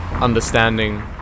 understanding